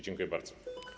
Dziękuję bardzo.